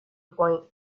point